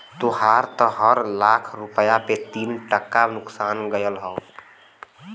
तोहार त हर लाख रुपया पे तीन टका नुकसान गयल हौ